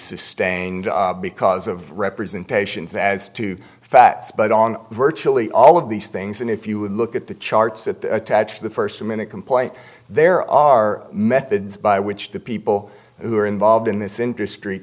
sustained because of representations as to facts but on virtually all of these things and if you look at the charts that attach to the first minute complaint there are methods by which the people who are involved in this industry